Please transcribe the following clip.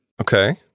Okay